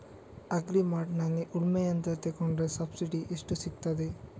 Agri ಮಾರ್ಟ್ನಲ್ಲಿ ಉಳ್ಮೆ ಯಂತ್ರ ತೆಕೊಂಡ್ರೆ ಸಬ್ಸಿಡಿ ಎಷ್ಟು ಸಿಕ್ತಾದೆ?